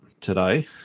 today